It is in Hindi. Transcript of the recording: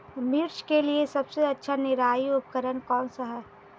मिर्च के लिए सबसे अच्छा निराई उपकरण कौनसा है?